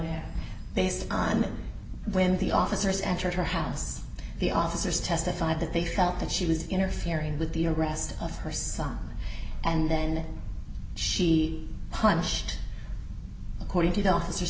year based on when the officers entered her house the officers testified that they felt that she was interfering with the arrest of her son and then she punished according to the officer